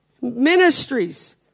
ministries